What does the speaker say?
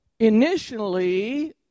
initially